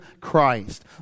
Christ